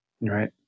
Right